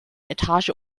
etage